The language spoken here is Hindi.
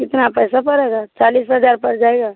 कितना पैसा पड़ेगा चालीस हज़ार पड़ जाएगा